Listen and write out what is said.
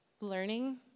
learning